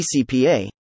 CCPA